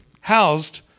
housed